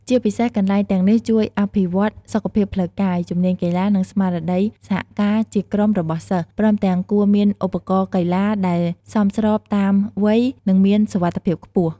ជាពិសេសកន្លែងទាំងនេះជួយអភិវឌ្ឍសុខភាពផ្លូវកាយ ជំនាញកីឡា និងស្មារតីសហការជាក្រុមរបស់សិស្ស ព្រមទាំងគួរមានឧបករណ៍កីឡាដែលសមស្របតាមវ័យ និងមានសុវត្ថិភាពខ្ពស់។